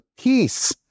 peace